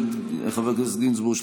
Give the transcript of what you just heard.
חבר הכנסת גינזבורג,